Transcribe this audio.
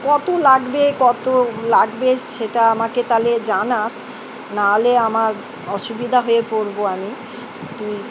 কত লাগবে কত লাগবে সেটা আমাকে তাহলে জানাস না হলে আমার অসুবিধা হয়ে পড়বো আমি তুই